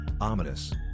Ominous